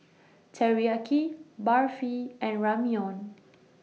Teriyaki Barfi and Ramyeon